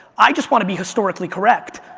i just want to be historically correct.